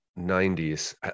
90s